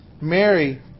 Mary